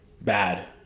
Bad